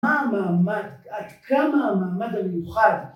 ‫מה המעמד, ‫עד כמה המעמד המיוחד?